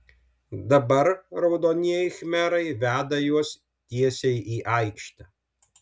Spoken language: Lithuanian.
dabar raudonieji khmerai veda juos tiesiai į aikštę